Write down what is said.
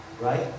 right